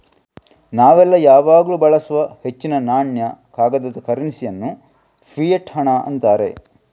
ನಾವೆಲ್ಲ ಯಾವಾಗ್ಲೂ ಬಳಸುವ ಹೆಚ್ಚಿನ ನಾಣ್ಯ, ಕಾಗದದ ಕರೆನ್ಸಿ ಅನ್ನು ಫಿಯಟ್ ಹಣ ಅಂತಾರೆ